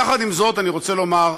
יחד עם זאת אני רוצה לומר,